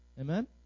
Amen